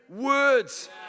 words